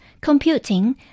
computing